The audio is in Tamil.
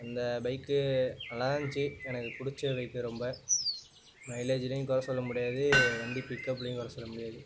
அந்த பைக்கு நல்லா தான் இருந்துச்சி எனக்கு பிடிச்ச பைக்கு ரொம்ப மைலேஜுலேயும் கொறை சொல்ல முடியாது வண்டி பிக்அப்புலேயும் கொறை சொல்ல முடியாது